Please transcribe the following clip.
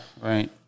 right